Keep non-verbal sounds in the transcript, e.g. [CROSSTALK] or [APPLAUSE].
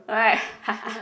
right [LAUGHS]